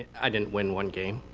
i didn't win one game.